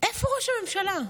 ראש הממשלה.